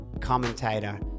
commentator